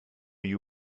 you